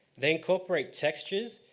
they incorporate textures,